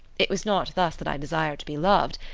it was not thus that i desired to be loved.